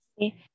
Okay